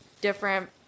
different